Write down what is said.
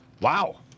Wow